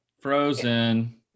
frozen